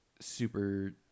super